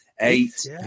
eight